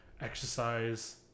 exercise